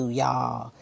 y'all